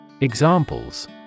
Examples